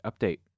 Update